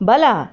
ಬಲ